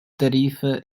tarifa